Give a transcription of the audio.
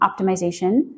optimization